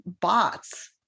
bots